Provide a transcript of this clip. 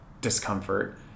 discomfort